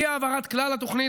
אי-העברת כלל התוכנית,